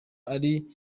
ari